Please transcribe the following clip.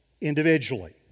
individually